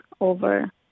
over